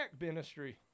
ministry